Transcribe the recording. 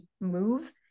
MOVE